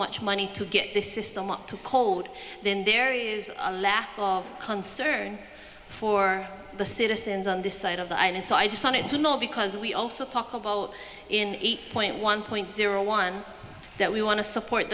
much money to get the system up to cold then there is a lack of concern for the citizens on this side of the island so i just wanted to know because we also talk about in eight point one point zero one that we want to support